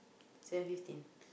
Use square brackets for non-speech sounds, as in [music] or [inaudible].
seven fifteen [breath]